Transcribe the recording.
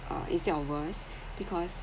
uh instead of worse because